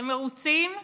אתם מרוצים?